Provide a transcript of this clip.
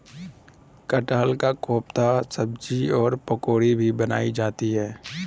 कटहल का कोफ्ता सब्जी और पकौड़ी भी बनाई जाती है